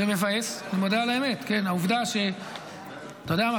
זה מבאס, אני מודה על האמת, העובדה, אתה יודע מה?